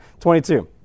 22